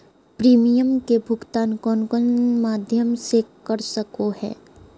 Premium के भुक्तान कौन कौन माध्यम से कर सको है?